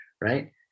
right